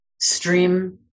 stream